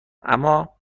اما